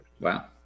Wow